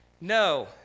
no